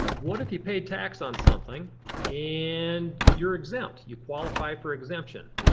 what if you pay tax on something and you're exempt? you qualify for exemption.